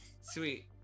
Sweet